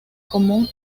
común